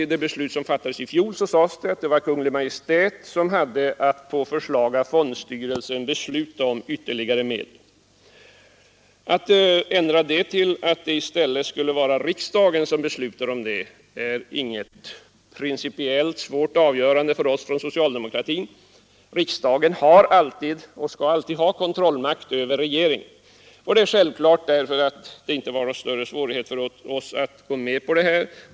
I det beslut som fattades i fjol sades det att det var Kungl. Maj:t som hade att på förslag av fondstyrelsen besluta om ytterligare medel. Att ändra det till att det i stället skulle vara riksdagen som beslutar om detta är inget principiellt svårt avgörande för socialdemokratin. Riksdagen har alltid — och skall alltid ha — kontrollmakt över regeringen. Det är därför självklart att det inte har varit någon större svårighet för oss att gå med på detta.